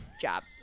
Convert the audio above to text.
job